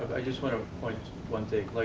i just wanna like one take. like